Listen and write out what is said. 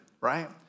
right